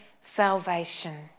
salvation